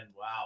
Wow